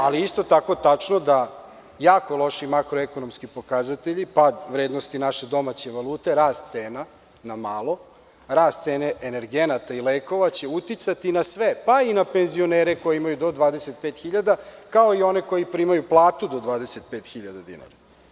Ali je isto tako tačno da jako loši makroekonomskipokazatelji, pad vrednosti naše domaće valute, rast cena na malo, rast cene energenata i lekova će uticati na sve, pa i na penzionere koji imaju do 25.000, kao i one koji primaju platu do 25.000 dinara.